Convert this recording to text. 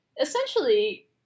essentially